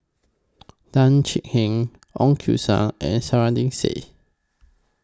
Tan Thuan Heng Ong and Said